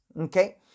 Okay